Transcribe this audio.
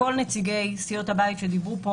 כל נציגי סיעות הבית שדיברו פה